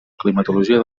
climatologia